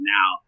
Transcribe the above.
Now